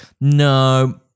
No